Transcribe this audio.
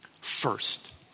first